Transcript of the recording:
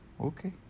okay